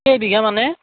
কেইবিঘা মানে